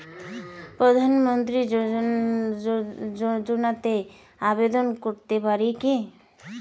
প্রধানমন্ত্রী যোজনাতে আবেদন করতে পারি কি?